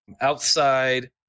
outside